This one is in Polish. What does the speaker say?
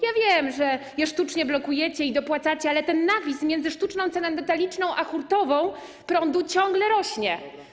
Ja wiem, że je sztucznie blokujecie i dopłacacie, ale ten nawis między sztuczną ceną detaliczną a hurtową prądu ciągle rośnie.